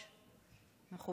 זיכרונם לברכם,